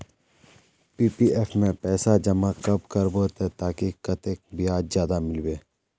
PPF में पैसा जमा कब करबो ते ताकि कतेक ब्याज ज्यादा मिलबे?